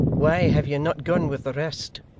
why have you not gone with the rest